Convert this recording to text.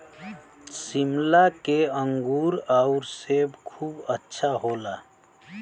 शिमला के अंगूर आउर सेब खूब अच्छा होला